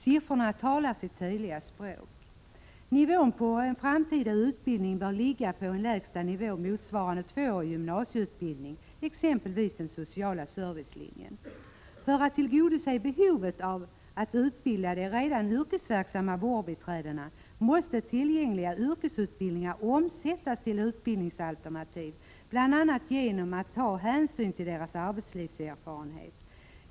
Siffrorna talar sitt tydliga språk. Nivån på en framtida utbildning bör ligga på en lägsta nivå motsvarande tvåårig gymnasieutbildning, exempelvis den sociala servicelinjen. För att tillgodose behovet av utbildning hos de redan yrkesverksamma vårdbiträdena måste tillgängliga yrkesutbildningar omsättas till utbildningsalternativ där man tar hänsyn till vårdbiträdenas arbetslivserfarenhet.